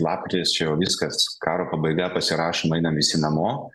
lapkritis čia jau viskas karo pabaiga pasirašom einam visi namo